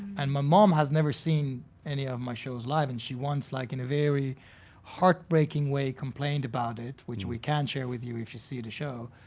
and my mom has never seen any of my shows live, and she once, like, in a very heartbreaking way complained about it, which we can share with you if you see the show.